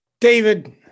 David